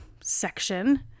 section